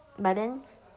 but then